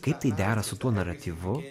kaip tai dera su tuo naratyvu